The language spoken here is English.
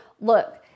look